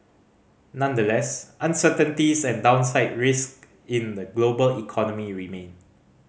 nonetheless uncertainties and downside risk in the global economy remain